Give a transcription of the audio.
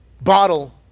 bottle